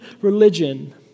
religion